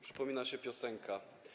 Przypomina się piosenka.